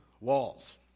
walls